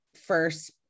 first